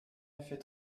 effet